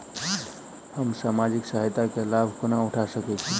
हम सामाजिक सहायता केँ लाभ कोना उठा सकै छी?